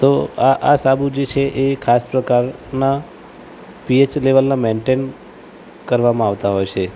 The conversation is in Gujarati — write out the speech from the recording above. તો આ આ સાબુ જે છે એ ખાસ પ્રકારનાં પીએચ લૅવલના મેન્ટેઇન કરવામાં આવતા હોય છે